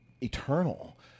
eternal